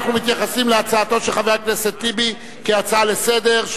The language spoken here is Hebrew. אנחנו מתייחסים להצעתו של חבר הכנסת טיבי כהצעה לסדר-היום